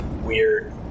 weird